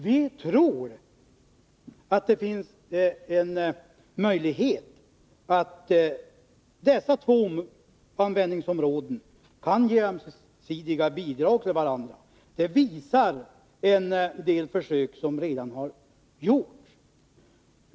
Vi tror att det finns en möjlighet att dessa två användningsområden kommer att ge ömsesidiga bidrag. Det visar en del försök som redan har gjorts.